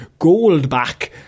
Goldback